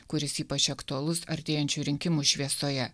kuris ypač aktualus artėjančių rinkimų šviesoje